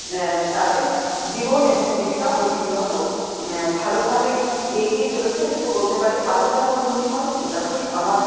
তাদের জীবন এবং জীবিকা প্রতিনিয়ত ভালোভাবেই এগিয়ে চলেছে এটুকু বলতে পারি আরও যেন উন্নতি হয় এটা তো আমার